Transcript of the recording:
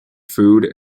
food